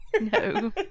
No